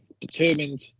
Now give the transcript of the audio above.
determined